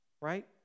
Right